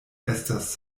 estas